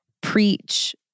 preach